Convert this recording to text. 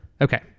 Okay